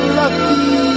lucky